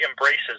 embraces